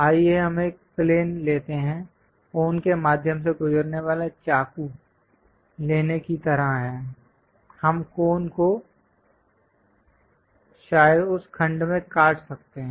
आइए हम एक प्लेन लेते हैं कोन के माध्यम से गुजरने वाले चाकू लेने की तरह है हम कोन को शायद उस खंड में काट सकते हैं